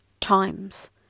times